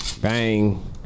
bang